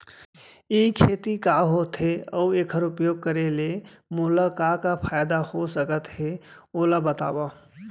ई खेती का होथे, अऊ एखर उपयोग करे ले मोला का का फायदा हो सकत हे ओला बतावव?